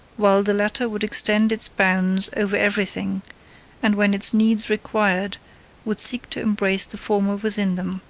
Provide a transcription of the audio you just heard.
while the latter would extend its bounds over everything and when its needs required would seek to embrace the former within them